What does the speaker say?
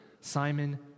Simon